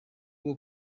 bwo